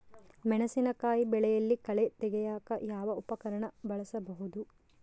ಮೆಣಸಿನಕಾಯಿ ಬೆಳೆಯಲ್ಲಿ ಕಳೆ ತೆಗಿಯಾಕ ಯಾವ ಉಪಕರಣ ಬಳಸಬಹುದು?